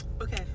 okay